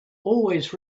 always